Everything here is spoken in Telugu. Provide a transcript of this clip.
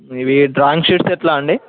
ఇవి డ్రాయింగ్ షీట్స్ ఎట్లా అండీ